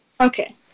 Okay